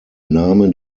name